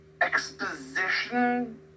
exposition